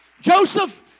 Joseph